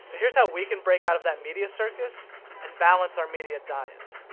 so here's how we can break out of that media circus and balance our media diet.